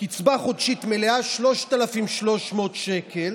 קצבה חודשית מלאה היא 3,300 שקל,